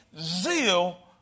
zeal